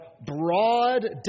broad